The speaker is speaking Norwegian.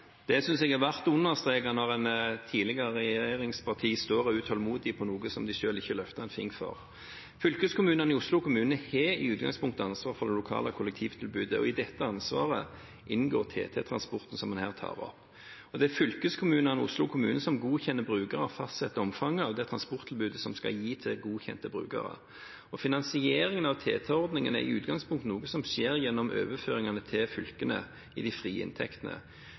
Det synes jeg er verd å understreke når en representant for et tidligere regjeringsparti står og er utålmodig etter noe som de selv ikke løftet en finger for. Fylkeskommunene og Oslo kommune har i utgangspunktet ansvaret for det lokale kollektivtilbudet, og i dette ansvaret inngår TT-transporten som en her tar opp. Og det er fylkeskommunene og Oslo kommune som godkjenner brukere og fastsetter omfanget av det transporttilbudet som en skal gi til godkjente brukere. Finansieringen av TT-ordningene er i utgangspunktet noe som skjer gjennom overføringene til fylkene, i de frie inntektene.